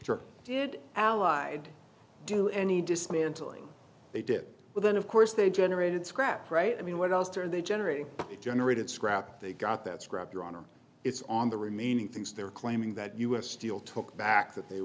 or did allied do any dismantling they did well then of course they generated scrap right i mean what else are they generating generated scrap they got that scrap your honor it's on the remaining things they're claiming that us steel took back that they